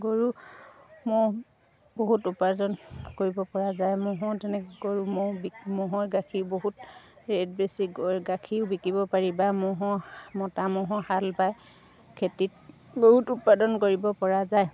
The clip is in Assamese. গৰু ম'হ বহুত উপাৰ্জন কৰিব পৰা যায় ম'হৰ তেনেকৈ গৰু ম'হ বিক ম'হৰ গাখীৰ বহুত ৰেট বেছি গ গাখীৰো বিকিব পাৰি বা ম'হৰ মতা ম'হৰ হাল বাই খেতিত বহুত উৎপাদন কৰিব পৰা যায়